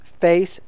face